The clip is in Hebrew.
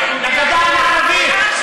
לגדה המערבית,